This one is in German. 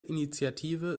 initiative